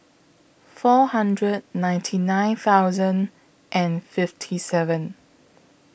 four hundred ninety nine thousand and fifty seven